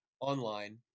online